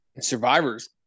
survivors